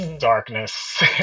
darkness